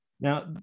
Now